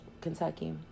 Kentucky